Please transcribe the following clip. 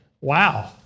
Wow